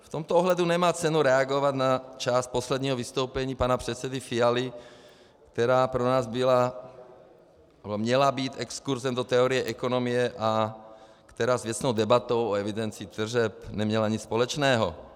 V tomto ohledu nemá cenu reagovat na část posledního vystoupení pana předsedy Fialy, která pro nás byla, nebo měla být exkurzem do teorie ekonomie a která s věcnou debatou o evidenci tržeb neměla nic společného.